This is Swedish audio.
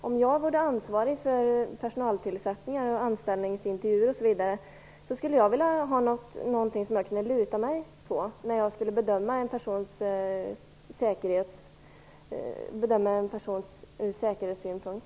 Om jag vore ansvarig för personaltillsättningar, anställningsintervjuer osv. skulle jag vilja ha något att luta mig emot när jag skall bedöma en person från säkerhetssynpunkt.